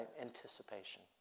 Anticipation